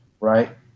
right